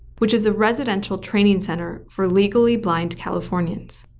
which is a residential training center for legally blind californians,